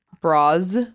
bras